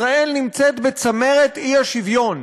ישראל נמצאת בצמרת האי-שוויון